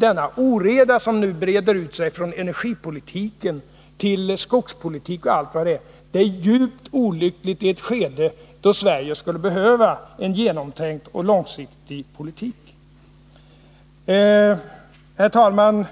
Den oreda som nu breder ut sig inom energipolitiken, skogspolitiken osv., är djupt olycklig i ett skede då Sverige skulle behöva en långsiktig och genomtänkt politik. Fru talman!